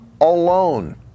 Alone